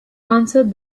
answered